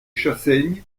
chassaigne